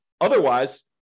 Otherwise